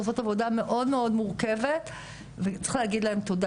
עושות עבודה מאוד מאוד מורכבת וצריך להגיד להם תודה,